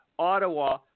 Ottawa